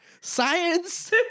Science